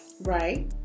Right